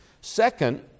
Second